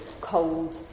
cold